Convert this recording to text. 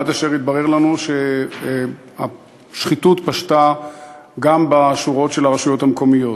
עד אשר התברר לנו שהשחיתות פשתה גם בשורות של הרשויות המקומיות.